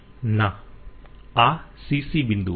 ના આ CC બિંદુઓ છે